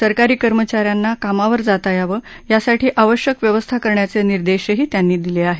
सरकारी कर्मचाऱ्यांना कामावर जाता यावं यासाठी आवश्यक व्यवस्था करण्याचे निर्देशही त्यांनी दिले आहेत